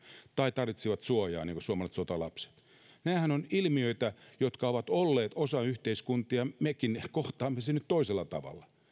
tai tarvitsivat suojaa niin kuin suomalaiset sotalapset nämähän ovat ilmiöitä jotka ovat olleet osa yhteiskuntia mekin kohtaamme sen nyt toisella tavalla